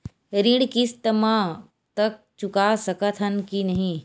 ऋण किस्त मा तक चुका सकत हन कि नहीं?